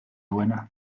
duena